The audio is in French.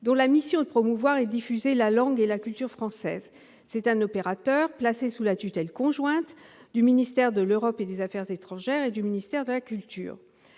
dont la mission est de promouvoir et de diffuser la langue et la culture françaises. C'est un opérateur placé sous la tutelle conjointe du ministère de l'Europe et des affaires étrangères et du ministère de la culture.